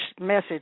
message